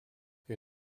you